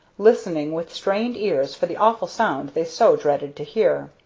listening with strained ears for the awful sound they so dreaded to hear.